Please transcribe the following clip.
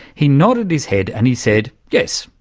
he nodded his head and he said, yes,